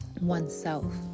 oneself